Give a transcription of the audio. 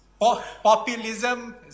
Populism